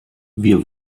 wir